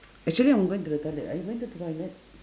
actually I'm going to the toilet are you going to the toilet